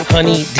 Honey